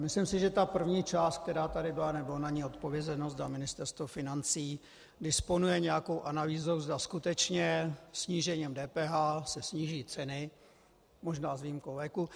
Myslím, že první část, která tady byla, nebylo na ni odpovězeno, zda Ministerstvo financí disponuje nějakou analýzou, zda skutečně snížením DPH se sníží ceny, možná s výjimkou léků.